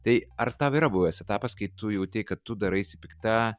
tai ar tau yra buvęs etapas kai tu jautei kad tu daraisi pikta